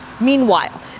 Meanwhile